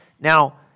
Now